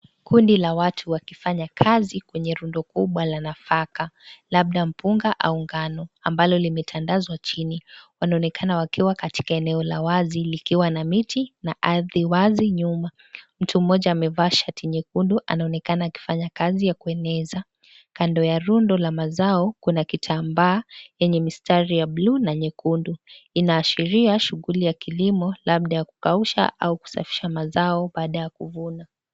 Kundi la watu wakifanya kazi kwenye rundo kubwa la nafaka labda mpunga au ngano ambalo limetandazwa chini wanonekana wakiwa katika eneo la wazi likiwa na miti ardhi wazi nyuma mtu moja amevaa shati nyekundu anaonekana akifanya kazi ya kueneza, kando ya rundo la mazao kuna kitambaa yenye mistari ya buluu na nyekundu, inaashiria shughuli ya kilimo labda ya kukausha au kusafisha mazao baada ya kuvuna.